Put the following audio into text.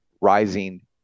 rising